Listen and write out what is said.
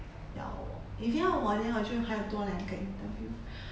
要我 if 不要我 then 我就还有多两个 interview